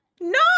No